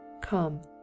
Come